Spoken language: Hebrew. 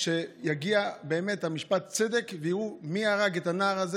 שיגיע באמת משפט צדק ויראו מי הרג את הנער הזה,